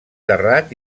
terrat